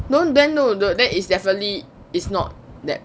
no then no that is definitely is not that